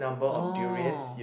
oh